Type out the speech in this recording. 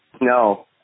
No